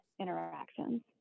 interactions